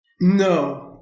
No